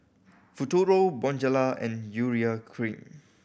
Futuro Bonjela and Urea Cream